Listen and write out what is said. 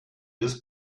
this